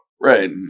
right